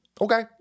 okay